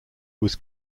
was